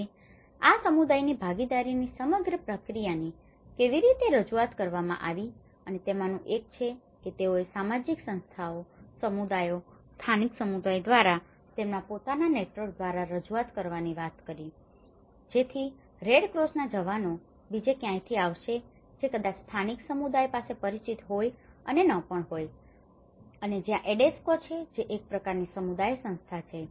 હવે આ સમુદાયની ભાગીદારીની સમગ્ર પ્રક્રિયાની કેવી રીતે રજૂઆત કરવામાં આવી અને તેમાનું એક એ છે કે તેઓએ સામાજિક સંસ્થાઓ સમુદાયો સ્થાનિક સમુદાયો દ્વારા તેમના પોતાના નેટવર્ક દ્વારા રજૂઆત કરવાની વાત કરી જેથી રેડક્રોસના જવાનો બીજે ક્યાંકથી આવશે જે કદાચ સ્થાનિક સમુદાયો સાથે પરિચિત હોઈ અને ન પણ હોઈ શકે અને જ્યાં એડેસ્કો છે જે એક પ્રકારની સમુદાય સંસ્થા છે